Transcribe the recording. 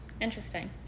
interesting